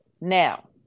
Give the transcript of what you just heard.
Now